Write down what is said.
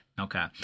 okay